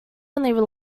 only